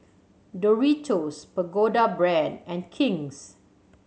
Doritos Pagoda Brand and King's